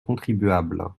contribuables